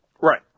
Right